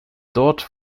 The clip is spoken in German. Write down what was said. dort